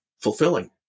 fulfilling